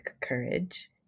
courage